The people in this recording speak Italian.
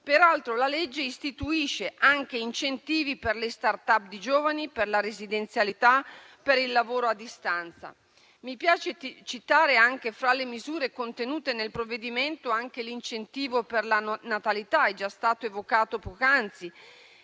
disegno di legge istituisce incentivi per le *startup* di giovani, per la residenzialità, per il lavoro a distanza. Mi piace citare, fra le misure contenute nel provvedimento, anche l'incentivo per la natalità, che è già stato evocato poc'anzi,